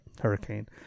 hurricane